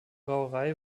brauerei